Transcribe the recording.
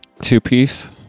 two-piece